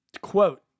quote